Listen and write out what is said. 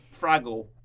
Fraggle